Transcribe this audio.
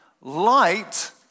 light